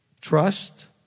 trust